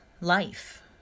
life